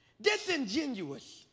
disingenuous